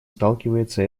сталкивается